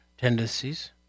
tendencies